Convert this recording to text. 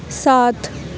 ساتھ